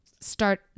start